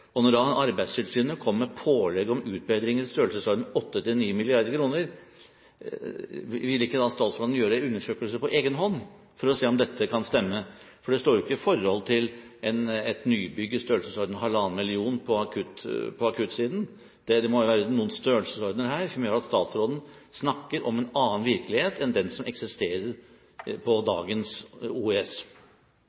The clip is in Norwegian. pasientsikkerheten? Når Arbeidstilsynet kommer med pålegg om utbedringer i størrelsesorden 8–9 mrd. kr, vil ikke da statsråden gjøre undersøkelser på egen hånd for å se om dette kan stemme? Det står jo ikke i forhold til et nybygg i størrelsesorden 1,5 mill. kr på akuttsiden. Det må jo være noen størrelsesordener her som gjør at statsråden snakker om en annen virkelighet enn den som eksisterer